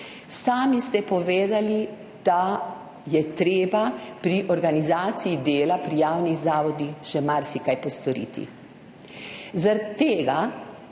Sami ste povedali, da je treba pri organizaciji dela pri javnih zavodih še marsikaj postoriti. Zaradi tega